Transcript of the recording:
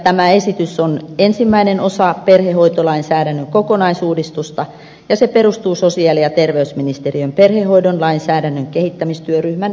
tämä esitys on ensimmäinen osa perhehoitolainsäädännön kokonaisuudistusta ja se perustuu sosiaali ja terveysministeriön perhehoidon lainsäädännön kehittämistyöryhmän ehdotuksiin